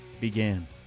began